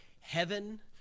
heaven